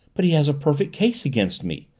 but he has a perfect case against me,